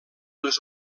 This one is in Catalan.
les